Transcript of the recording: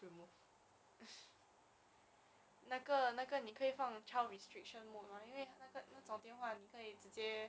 no she see it from ah she see it from youtube then don't know how come it linked to tiktok video leh